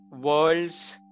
World's